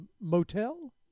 motel